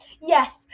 Yes